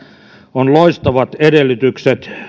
on loistavat edellytykset